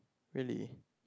really